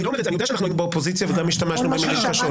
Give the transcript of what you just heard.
אני יודע שאנחנו היינו באופוזיציה וגם השתמשנו במילים קשות.